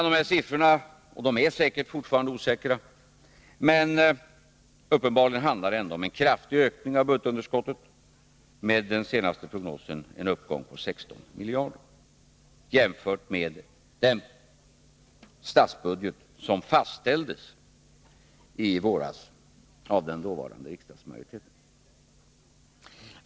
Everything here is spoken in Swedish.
Dessa siffror är sannolikt forfarande osäkra, men uppenbarligen handlar det om en kraftig ökning av budgetunderskottet — enligt den senaste prognosen om en uppgång på 16 miljarder jämfört med den statsbudget som i våras fastställdes av den dåvarande riksdagsmajoriteten.